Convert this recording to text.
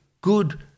good